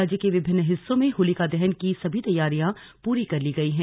राज्य के विभिन्न हिस्सों में होलिका दहन की सभी तैयारियां पूरी कर ली गई हैं